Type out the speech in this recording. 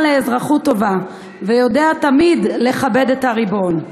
לאזרחות טובה ויודע תמיד לכבד את הריבון.